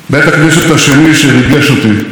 עד דמעות,